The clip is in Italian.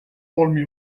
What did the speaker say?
all